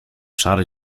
szary